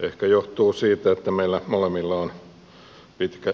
ehkä johtuu siitä että meillä molemmilla on pitkä yritystausta